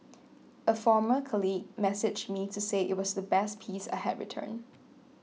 a former colleague messaged me to say it was the best piece I had written